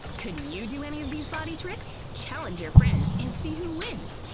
could you do any of these body tricks? challenge your friends and see who wins!